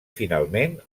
finalment